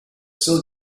still